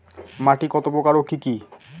মাটি কতপ্রকার ও কি কী?